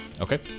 okay